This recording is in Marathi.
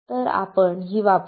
तर आपण ही वापरू